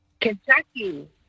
Kentucky